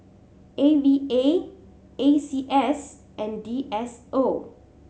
A V A A C S and D S O